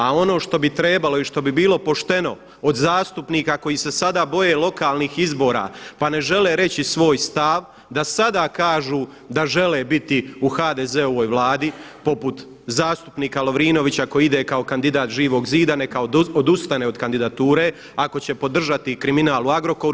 A ono što bi trebalo i što bi bilo pošteno od zastupnika koji se sada boje lokalnih izbora, pa ne žele reći svoj stav, da sada kažu da žele biti u HDZ-ovoj vladi poput zastupnika Lovrinovića koji ide kao kandidat Živog zida, neka odustane od kandidature ako će podržati kriminal u Agrokoru.